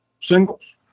singles